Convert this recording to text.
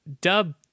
dub